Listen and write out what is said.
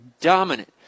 dominant